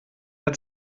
der